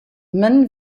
min